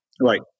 right